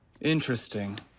Interesting